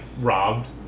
robbed